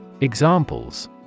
Examples